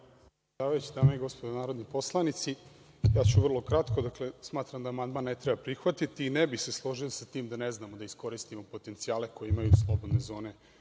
Hvala.